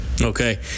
Okay